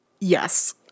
Yes